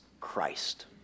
Christ